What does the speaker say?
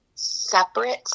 separate